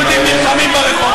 אני לא רואה יהודים נלחמים ברחובות.